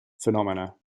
phenomena